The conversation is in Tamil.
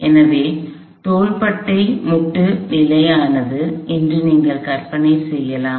எனவே தோள்பட்டை மூட்டு நிலையானது என்று நீங்கள் கற்பனை செய்யலாம்